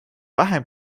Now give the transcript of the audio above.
vähem